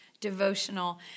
devotional